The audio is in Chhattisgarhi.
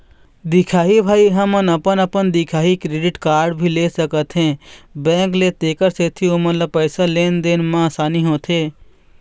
दिखाही भाई हमन अपन अपन दिखाही क्रेडिट कारड भी ले सकाथे बैंक से तेकर सेंथी ओमन ला पैसा लेन देन मा आसानी होथे?